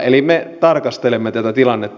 eli me tarkastelemme tätä tilannetta